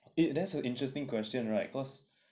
it that's an interesting question right cause